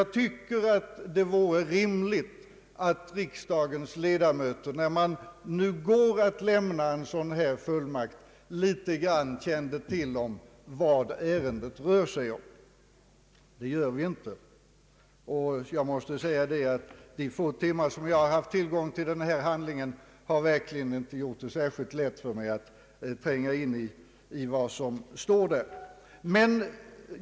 Det vore rimligt att riksdagens ledamöter, när vi går att lämna den begärda fullmakten, litet grand kände till vad ärendet rör sig om. Det gör vi inte och jag måste säga att jag, under de få timmar jag haft tillgång till denna handling, inte kunnat tränga in i dess innehåll.